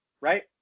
right